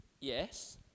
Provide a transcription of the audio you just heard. Yes